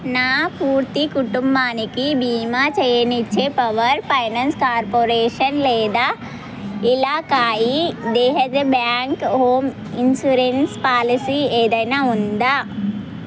నా పూర్తి కుటుంబానికి బీమా చేయనిచ్చే పవర్ ఫైనాన్స్ కార్పొరేషన్ లేదా ఇలాకాయి దేహాతీ బ్యాంక్ హోమ్ ఇన్షూరెన్స్ పాలిసీ ఏదైనా ఉందా